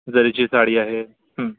जरीची साडी आहे